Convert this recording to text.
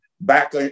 back